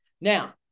Now